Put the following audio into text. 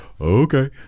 okay